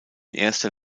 erster